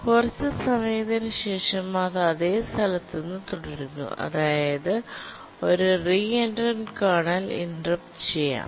കുറച്ച് സമയത്തിന് ശേഷം അത് അതേ സ്ഥലത്ത് നിന്ന് തുടരുന്നു അതായത് ഒരു റീ എൻട്രൻറ് കേർണൽ ഇന്റെര്പ്ട് ചെയ്യാം